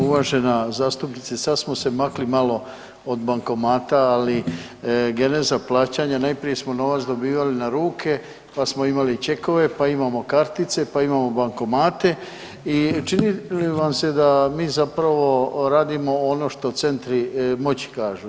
Uvažena zastupnice sad smo se makli malo od bankomata, ali geneza plaćanja najprije smo novac dobivali na ruke, pa smo imali čekove, pa imamo kartice, pa imamo bankomate i čini li vam se da mi zapravo radimo ono što centri moći kažu.